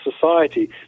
society